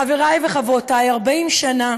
חברי וחברותי, 40 שנה